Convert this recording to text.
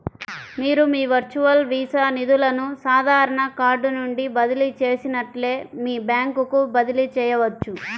మీరు మీ virtual visa నిధులను సాధారణ కార్డ్ నుండి బదిలీ చేసినట్లే మీ బ్యాంకుకు బదిలీ చేయవచ్చు